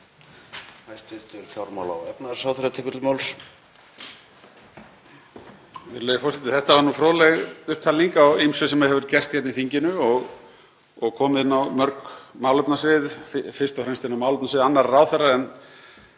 Þetta var fróðleg upptalning á ýmsu sem hefur gerst hérna í þinginu og komið inn á mörg málefnasvið, fyrst og fremst inn á málefnasvið annarra ráðherra, en